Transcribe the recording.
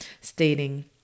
stating